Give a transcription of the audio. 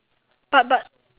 but but